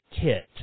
kit